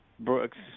Brooks